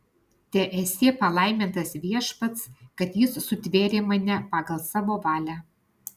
teesie palaimintas viešpats kad jis sutvėrė mane pagal savo valią